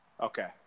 Okay